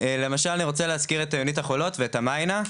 למשל אני רוצה להזכיר את יונית החולות ואת המיינה,